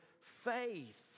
faith